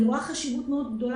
אני רואה חשיבות מאוד גדול.